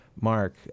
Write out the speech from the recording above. mark